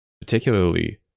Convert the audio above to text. particularly